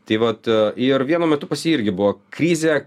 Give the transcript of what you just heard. tai vat ir vienu metu pas jį irgi buvo krizė